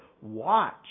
watch